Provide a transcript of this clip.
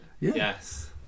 Yes